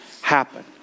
happen